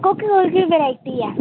कोह्की कोह्की वैरायटी ऐ